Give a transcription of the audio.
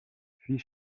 puis